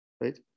Right